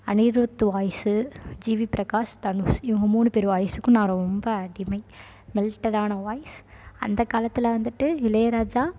Anirudh voice G V Prakash Dhanush இவங்க மூணு பேர் வாய்ஸுக்கும் நான் ரொம்ப அடிமை மெல்ட்டடான வாய்ஸ் அந்த காலத்தில் வந்துவிட்டு இளையராஜா